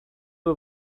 who